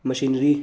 machinery